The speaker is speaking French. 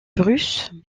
bruce